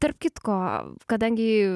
tarp kitko kadangi